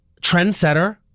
trendsetter